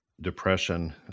Depression